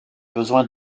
besoins